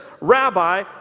Rabbi